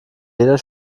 jeder